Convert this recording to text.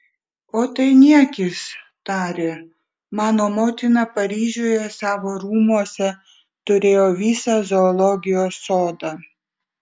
o tai niekis tarė mano motina paryžiuje savo rūmuose turėjo visą zoologijos sodą